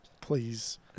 please